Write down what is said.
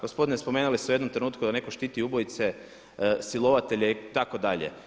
Gospodine spomenuli ste u jednom trenutku da netko štiti ubojice, silovatelje itd.